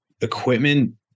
equipment